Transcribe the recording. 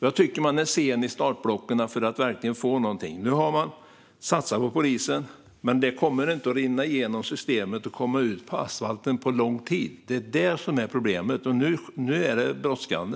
Jag tycker att man är sen i startblocken för att verkligen få någonting. Nu har man satsat på polisen. Men det kommer inte att rinna igenom systemet och komma ut på asfalten på lång tid. Det är problemet. Nu är det brådskande.